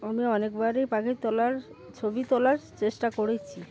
আমি অনেকবারই পাখির ছবি তোলার চেষ্টা করেছি